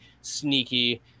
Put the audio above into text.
sneaky